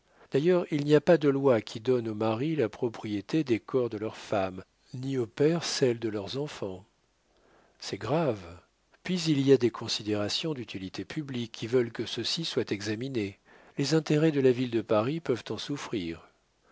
d'ailleurs il n'y a pas de loi qui donne aux maris la propriété des corps de leurs femmes ni aux pères celle de leurs enfants c'est grave puis il y a des considérations d'utilité publique qui veulent que ceci soit examiné les intérêts de la ville de paris peuvent en souffrir